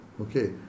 Okay